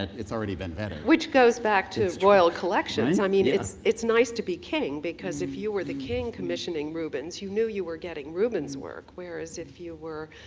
it's already been vetted. which goes back to royal collections. i mean it's it's nice to be king because if you were the king commissioning rubens, you knew you were getting rubens' work. whereas if you were a